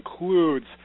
includes